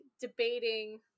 debating